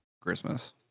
Christmas